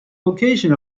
location